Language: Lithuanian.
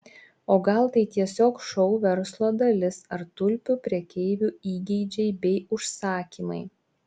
o gal tai tiesiog šou verslo dalis ar tulpių prekeivių įgeidžiai bei užsakymai